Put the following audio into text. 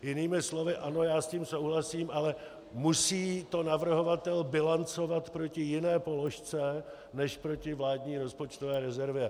Jinými slovy ano, já s tím souhlasím, ale musí to navrhovatel bilancovat proti jiné položce než proti vládní rozpočtové rezervě.